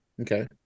Okay